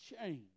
change